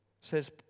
says